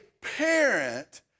parent